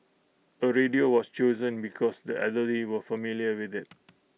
A radio was chosen because the elderly were familiar with IT